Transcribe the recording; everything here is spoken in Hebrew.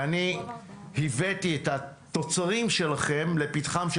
ואני הבאתי את התוצרים שלכם לפתחם של